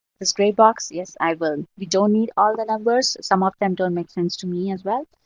this gray box? yes, i will. we don't need all the numbers. some of them don't make sense to me as well,